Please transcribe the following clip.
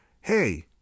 Hey